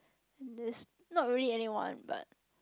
this not really anyone but